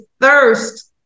thirst